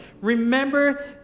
Remember